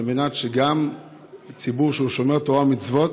על מנת שגם ציבור שהוא שומר תורה ומצוות